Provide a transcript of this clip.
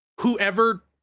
whoever